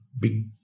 big